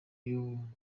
y’ubu